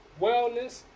wellness